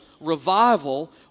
revival